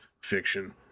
fiction